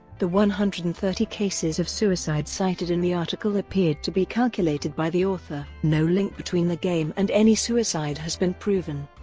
the one hundred and thirty cases of suicide cited in the article appeared to be calculated by the author. no link between the game and any suicide has been proven.